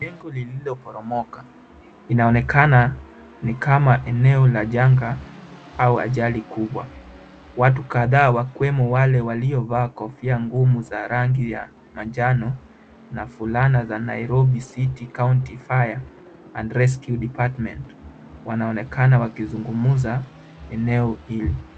Jengo lililoporomoka, inaonekana ni kama eneo la janga au ajali kubwa, watu kadha wakiwemo wale waliovaa kofia ngumu za rangi ya manjano na fulana za Nairobi City County Fire and Rescue Department wanaonekana wakizngumza eneo hili.